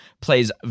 plays